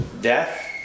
Death